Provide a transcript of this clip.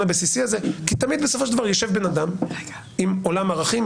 הבסיסי הזה כי תמיד בסופו של דבר ישב בן אדם עם עולם ערכים,